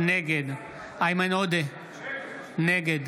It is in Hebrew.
נגד איימן עודה, נגד